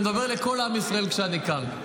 אני מדבר לכל עם ישראל כשאני כאן,